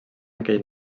aquell